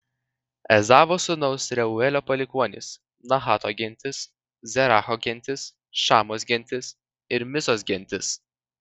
ezavo sūnaus reuelio palikuonys nahato gentis zeracho gentis šamos gentis ir mizos gentis